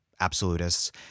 absolutists